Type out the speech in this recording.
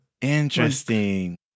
Interesting